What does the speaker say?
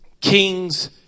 Kings